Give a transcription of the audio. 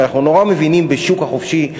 אנחנו נורא מבינים בשוק החופשי,